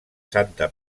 santa